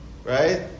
right